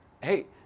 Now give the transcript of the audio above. Hey